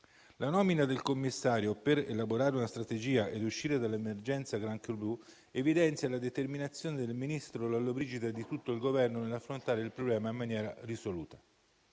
La nomina del Commissario per elaborare una strategia e uscire dall'emergenza granchio blu evidenzia la determinazione del ministro Lollobrigida e di tutto il Governo nell'affrontare il problema in maniera risoluta.